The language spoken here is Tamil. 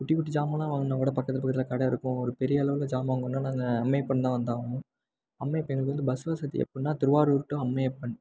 குட்டி குட்டி சாமான் வாங்கணுனால்கூட பக்கத்தில் பக்கத்தில் கடை இருக்கும் ஒரு பெரிய அளவில் சாமான் வாங்கணுனால் நாங்கள் அம்மையப்பன்தான் வந்தாகணும் அம்மையப்பனுக்கு வந்து பஸ் வசதி எப்புடினா திருவாரூர் டு அம்மையப்பன்